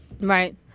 Right